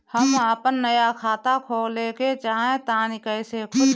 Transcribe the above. हम आपन नया खाता खोले के चाह तानि कइसे खुलि?